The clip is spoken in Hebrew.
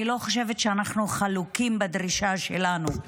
אני לא חושבת שאנחנו חלוקים בדרישה שלנו.